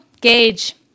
Gage